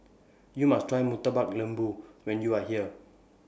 YOU must Try Murtabak Lembu when YOU Are here